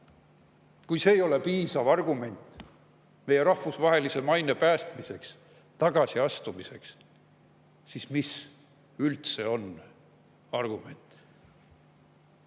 Kui see ei ole piisav argument meie rahvusvahelise maine päästmiseks, [teie] tagasiastumiseks, siis mis üldse on argument?